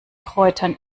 kräutern